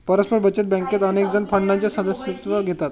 परस्पर बचत बँकेत अनेकजण फंडाचे सदस्यत्व घेतात